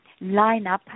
lineup